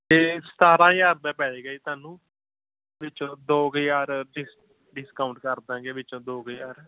ਇਹ ਸਤਾਰਾਂ ਹਜ਼ਾਰ ਦਾ ਪੈ ਜੇਗਾ ਜੀ ਤੁਹਾਨੂੰ ਵਿੱਚੋਂ ਦੋ ਕੁ ਹਜ਼ਾਰ ਡਿਸ ਡਿਸਕਾਊਂਟ ਕਰ ਦਾਂਗੇ ਵਿੱਚੋਂ ਦੋ ਕੁ ਹਜ਼ਾਰ